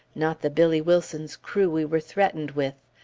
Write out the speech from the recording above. not the billy wilson's crew we were threatened with.